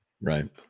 Right